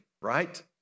right